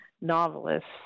novelists